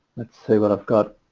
let's see what i've got